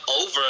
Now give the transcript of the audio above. over